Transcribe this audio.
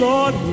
Lord